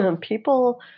People